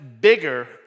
bigger